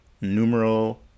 numeral